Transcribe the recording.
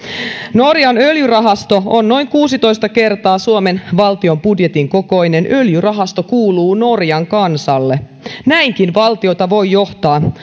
norjan öljyrahasto on noin kuusitoista kertaa suomen valtion budjetin kokoinen öljyrahasto kuuluu norjan kansalle näinkin valtiota voi johtaa